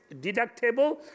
deductible